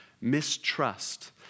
mistrust